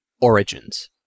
Origins